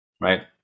right